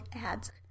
ads